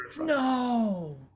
No